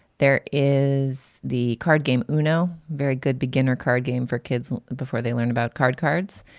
there is the card game, you know, very good beginner card game for kids before they learn about card cards.